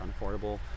unaffordable